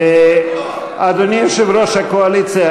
אדוני יושב-ראש הקואליציה,